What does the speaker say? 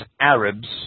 Arabs